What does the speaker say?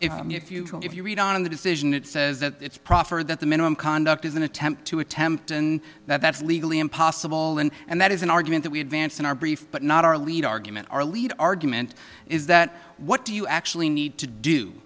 that if you if you read on the decision it says that it's proffered that the minimum conduct is an attempt to attempt and that's legally impossible and and that is an argument that we advanced in our brief but not our lead argument our lead argument is that what do you actually need to do